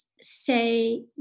say